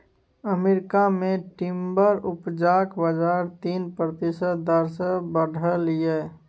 America मे timber उपजाक बजार तीन प्रतिशत दर सँ बढ़लै यै